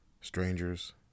strangers